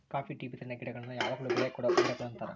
copy tea ಬಿದಿರಿನ ಗಿಡಗುಳ್ನ ಯಾವಗ್ಲು ಬೆಳೆ ಕೊಡೊ ಗಿಡಗುಳು ಅಂತಾರ